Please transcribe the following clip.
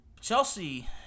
Chelsea